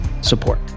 support